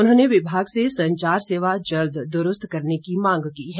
उन्होंने विभाग से संचार सेवा जल्द दुरूस्त करने की मांग की है